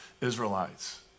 Israelites